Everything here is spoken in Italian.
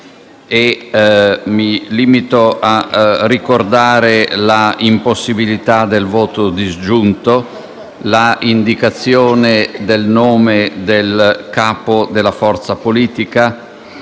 Mi limito a ricordare l'impossibilità del voto disgiunto, l'indicazione del nome del capo della forza politica